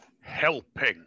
helping